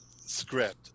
script